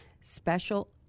special